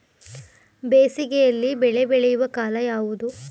ಬೇಸಿಗೆ ಯಲ್ಲಿ ಬೆಳೆ ಬೆಳೆಯುವ ಕಾಲ ಯಾವುದು?